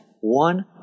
one